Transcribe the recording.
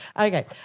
Okay